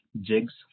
jigs